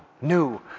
New